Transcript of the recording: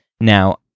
Now